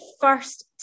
first